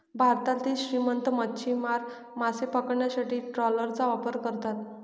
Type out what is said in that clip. भारतातील श्रीमंत मच्छीमार मासे पकडण्यासाठी ट्रॉलरचा वापर करतात